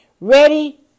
Ready